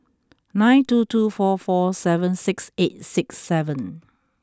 nine two two four four seven six eight six seven